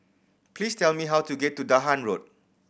please tell me how to get to Dahan Road